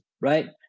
right